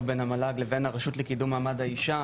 בין המל"ג לבין הרשות לקידום מעמד האישה